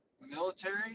military